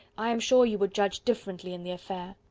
i am sure you would judge differently in the affair.